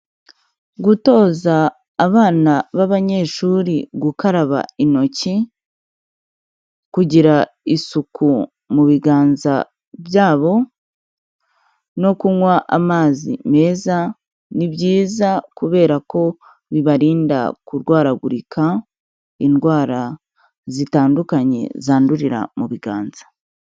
Gutoza abana b'abanyeshuri gukaraba intoki, kugira isuku mu biganza byabo no kunywa amazi meza ni byiza kubera ko bibarinda kurwaragurika indwara zitandukanye zandurira mu biganza.